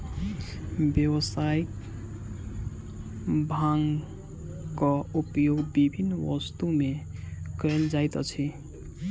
व्यावसायिक भांगक उपयोग विभिन्न वस्तु में कयल जाइत अछि